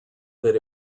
that